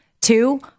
Two